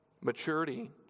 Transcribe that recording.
Maturity